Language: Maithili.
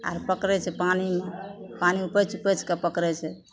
आओर पकड़ै छै पानीमे पानी उपछि उपछिके पकड़ै छै